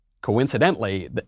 coincidentally